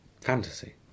fantasy